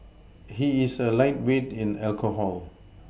he is a lightweight in alcohol